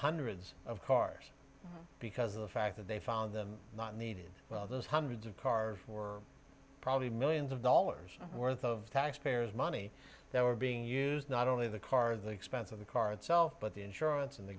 hundreds of cars because of the fact that they found them not needed well those hundreds of cars or probably millions of dollars worth of taxpayers money that were being used not only the car the expense of the car itself but the insurance and the